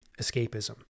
escapism